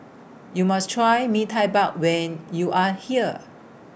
YOU must Try Mee Tai Bao when YOU Are here